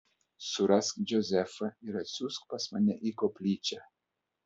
surask džozefą ir atsiųsk pas mane į koplyčią